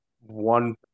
one